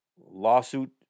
lawsuit